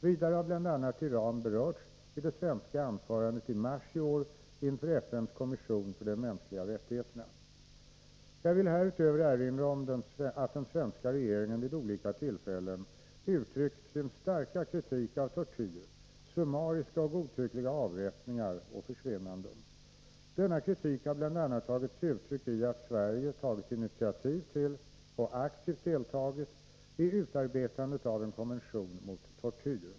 Vidare har bl.a. Iran berörts i det svenska anförandet i mars i år inför FN:s kommission för de mänskliga rättigheterna. Jag vill härutöver erinra om att den svenska regeringen vid olika tillfällen uttryckt sin starka kritik av tortyr, summariska och godtyckliga avrättningar och försvinnanden. Denna kritik har bl.a. tagit sig uttryck i att Sverige tagit initiativ till — och aktivt deltagit — i utarbetandet av en konvention mot tortyr.